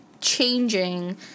changing